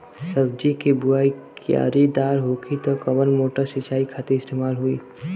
सब्जी के बोवाई क्यारी दार होखि त कवन मोटर सिंचाई खातिर इस्तेमाल होई?